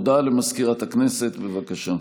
הודעה למזכירת הכנסת, בבקשה.